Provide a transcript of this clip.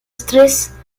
stress